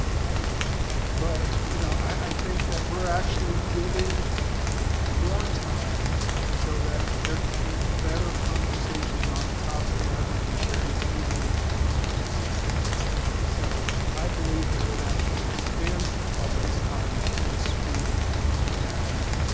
love you man but you know i think that we're actually giving more time so that there could be better conversations on a topic rather than sharing three minutes for six different subjects. so i believe that it actually expands the public's time to speak and